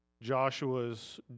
Joshua's